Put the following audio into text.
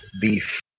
beef